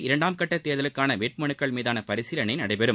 இரண்டாம் கட்டத் தேர்தலுக்கான வேட்புமனுக்கள் மீதான பரிசீலனை நாளை நடைபெறும்